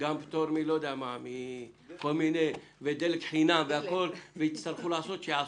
גם פטור כמו דלק חינם וכדו' שיעשו.